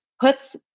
puts